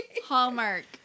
Hallmark